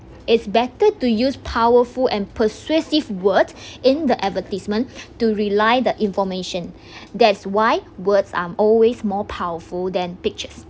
it's better to use powerful and persuasive word in the advertisement to rely the information that's why words are always more powerful than pictures